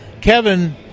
Kevin